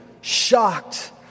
shocked